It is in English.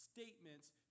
statements